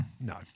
no